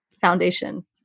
foundation